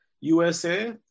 USA